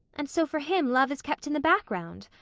and so for him love is kept in the background.